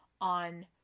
on